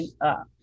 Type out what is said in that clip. up